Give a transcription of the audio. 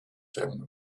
them